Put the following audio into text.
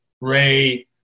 Ray